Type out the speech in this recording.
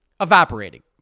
evaporating